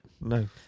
No